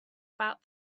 about